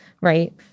right